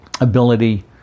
ability